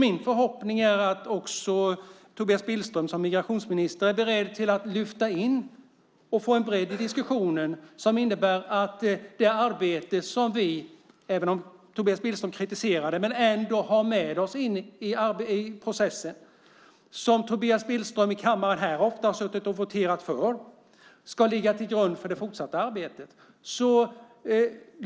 Min förhoppning är att Tobias Billström som migrationsminister är beredd att lyfta in det och få en bredd i diskussionen som innebär att det arbete som vi - även om Tobias Billström kritiserar det - ändå har med oss in i processen och som Tobias Billström här i kammaren ofta har voterat för ska ligga till grund för det fortsatta arbetet.